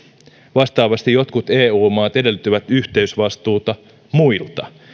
vastaavasti jotkut eu maat edellyttävät yhteisvastuuta muilta